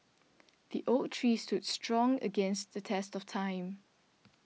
the oak tree stood strong against the test of time